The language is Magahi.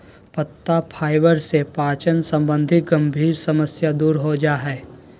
पत्ता फाइबर से पाचन संबंधी गंभीर समस्या दूर हो जा हइ